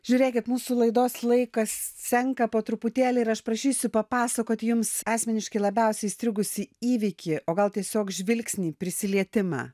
žiūrėkit mūsų laidos laikas senka po truputėlį ir aš prašysiu papasakot jums asmeniškai labiausiai įstrigusį įvykį o gal tiesiog žvilgsnį prisilietimą